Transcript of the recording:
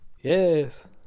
Yes